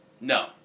No